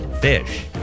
Fish